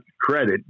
credit